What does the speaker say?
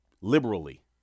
liberally